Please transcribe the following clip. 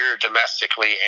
domestically